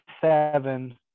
seven